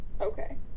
Okay